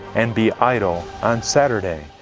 and be idle on saturday.